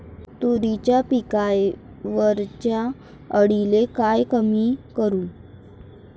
तुरीच्या पिकावरच्या अळीले कायनं कमी करू?